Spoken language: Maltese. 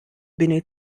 bini